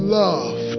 love